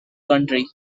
country